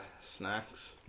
snacks